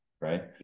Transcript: right